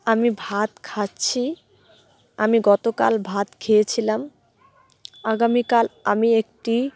আমি ভাত খাচ্ছি আমি গতকাল ভাত খেয়েছিলাম আগামীকাল আমি একটি